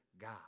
God